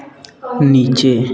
नीचे